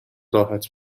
راحت